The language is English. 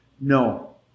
No